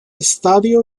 estadio